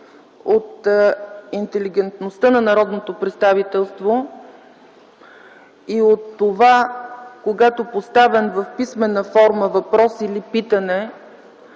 от интелигентността на народното представителство и от това, когато поставен в писмена форма въпрос или питане